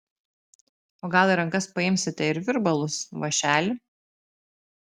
o gal į rankas paimsite ir virbalus vąšelį